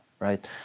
Right